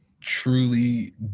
Truly